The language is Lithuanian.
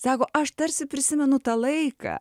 sako aš tarsi prisimenu tą laiką